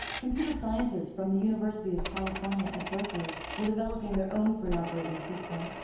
computer scientists from the university of california at berkeley were developing their own free operating system.